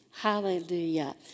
Hallelujah